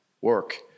work